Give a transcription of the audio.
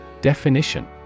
Definition